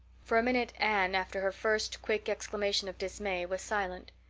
for a minute anne, after her first quick exclamation of dismay, was silent.